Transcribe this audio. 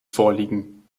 vorliegen